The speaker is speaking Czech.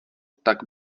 tak